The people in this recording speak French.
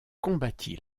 combattit